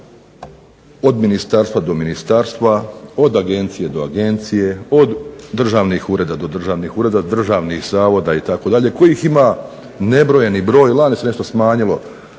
od ministarstva do ministarstva, od agencije do agencije, od državnih ureda do državnih ureda, državnih zavoda itd. kojih ima nebrojeni broj, lani se nešto smanjilo.